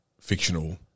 fictional